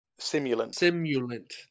simulant